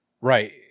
Right